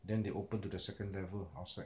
then they open to the second level outside